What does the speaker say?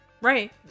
Right